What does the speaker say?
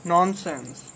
Nonsense